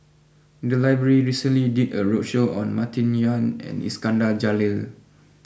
the library recently did a roadshow on Martin Yan and Iskandar Jalil